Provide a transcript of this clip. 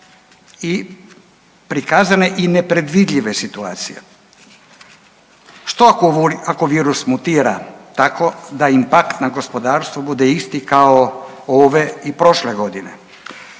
i prikazane i nepredvidljive situacije. Što ako virus mutira tako da impakt na gospodarstvo bude isti kao ove i prošle godine?